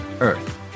earth